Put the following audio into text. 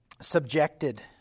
subjected